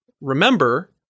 remember